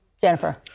Jennifer